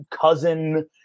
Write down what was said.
cousin